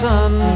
sun